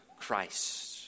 Christ